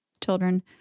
children